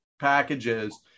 packages